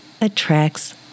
Attracts